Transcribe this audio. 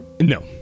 no